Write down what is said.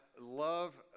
love